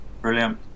brilliant